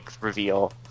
reveal